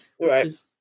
Right